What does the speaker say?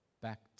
Back